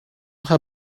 her